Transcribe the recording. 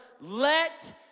let